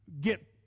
get